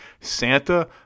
Santa